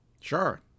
Sure